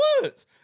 Woods